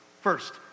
First